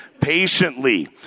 patiently